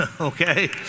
okay